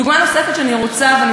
דוגמה נוספת שאני רוצה להציג,